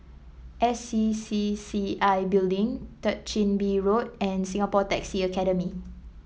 S C C C I Building Third Chin Bee Road and Singapore Taxi Academy